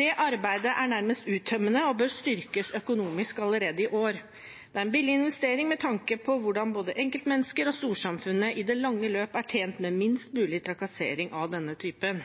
Det arbeidet er nærmest uuttømmelig og bør styrkes økonomisk allerede i år. Det er en billig investering med tanke på hvordan både enkeltmennesker og storsamfunnet i det lange løp er tjent med minst mulig trakassering av denne typen.